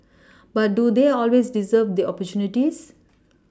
but do they always deserve the opportunities